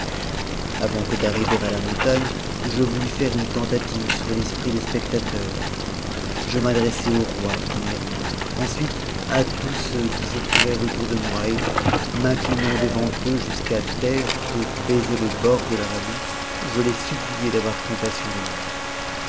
avant que d'arriver à la mutagne je voulus faire une tentative sur l'esprit des spectateurs je adressai au roi premièrement ensuite à tous ceux qui se trouvèrent autour de moi et m'inclinant devant eux jusqu'à terre pour baiser le o'd de tour habit je les suppliai d'avoir compassion de moi